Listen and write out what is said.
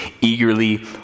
eagerly